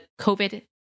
COVID